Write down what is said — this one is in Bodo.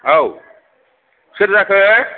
औ सोर जाखो